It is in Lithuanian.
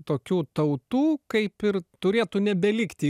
tokių tautų kaip ir turėtų nebelikti